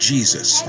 Jesus